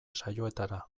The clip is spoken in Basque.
saioetara